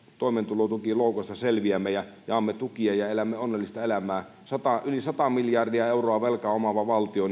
toimeentulotukiloukusta selviämme ja jaamme tukia ja elämme onnellista elämää yli sata miljardia euroa velkaa omaava valtio